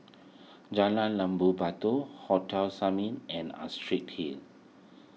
Jalan Jambu Batu Hotel Summit and Astrid Hill